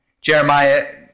Jeremiah